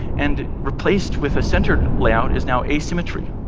and replaced with a centered layout is now asymmetry.